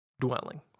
dwelling